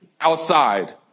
outside